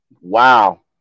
Wow